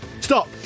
Stop